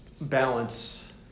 balance